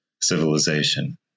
civilization